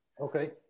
Okay